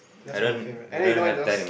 that's my favorite and you know it's those